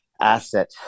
asset